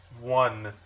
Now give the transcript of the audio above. one